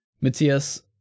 Matthias